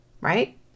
right